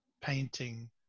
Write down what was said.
painting